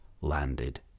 landed